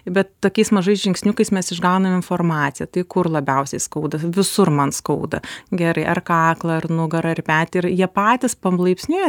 bet tokiais mažais žingsniukais mes išgaunam informaciją tai kur labiausiai skauda visur man skauda gerai ar kaklą ar nugarą ar petį ir jie patys palaipsniui